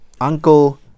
Uncle